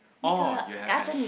oh you have an